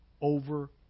over